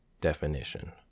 Definition